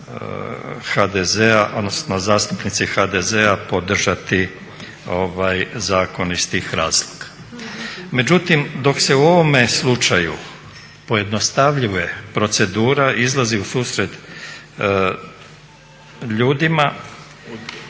HDZ-a, odnosno zastupnici HDZ-a podržati zakon iz tih razloga. Međutim, dok se u ovome slučaju pojednostavljuje procedura, izlazi u susret ljudima,